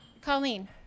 Colleen